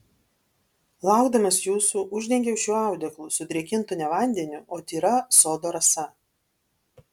laukdamas jūsų uždengiau šiuo audeklu sudrėkintu ne vandeniu o tyra sodo rasa